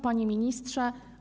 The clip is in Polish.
Panie Ministrze!